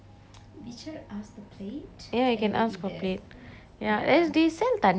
ya you can ask for plate ya eh they sell thanni also there right alcohol